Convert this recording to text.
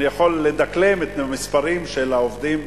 אני הרי יכול לדקלם את המספרים של העובדים,